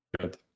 Good